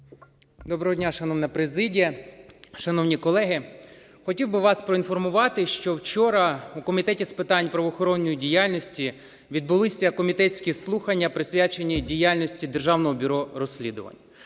Доброго дня, шановна президія, шановні колеги! Хотів би вас поінформувати, що вчора у Комітеті з питань правоохоронної діяльності відбулися комітетські слухання, присвячені діяльності Державного бюро розслідувань.